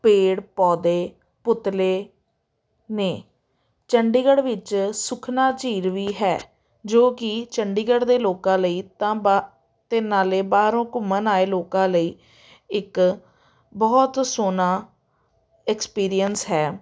ਪੇੜ ਪੌਦੇ ਪੁਤਲੇ ਨੇ ਚੰਡੀਗੜ੍ਹ ਵਿੱਚ ਸੁਖਨਾ ਝੀਲ ਵੀ ਹੈ ਜੋ ਕਿ ਚੰਡੀਗੜ੍ਹ ਦੇ ਲੋਕਾਂ ਲਈ ਤਾਂ ਬਾ ਅਤੇ ਨਾਲੇ ਬਾਹਰੋਂ ਘੁੰਮਣ ਆਏ ਲੋਕਾਂ ਲਈ ਇੱਕ ਬਹੁਤ ਸੋਹਣਾ ਐਕਸਪੀਰੀਅੰਸ ਹੈ